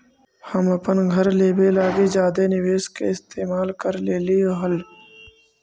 हम अपन घर लेबे लागी जादे निवेश के इस्तेमाल कर लेलीअई हल